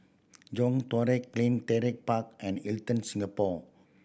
John Todak Clean Park and Hilton Singapore